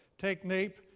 take naep.